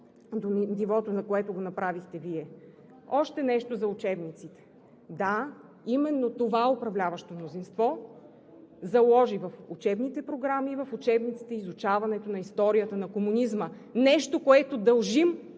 нивото, до което го направихте Вие. Още нещо за учебниците. Да, именно това управляващо мнозинство заложи в учебните програми и в учебниците изучаването на историята на комунизма – нещо, което дължим